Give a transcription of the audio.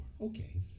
Okay